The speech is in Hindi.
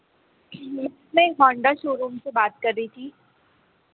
मैं होंडा सोरूम से बात कर रही हूँ